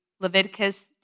Leviticus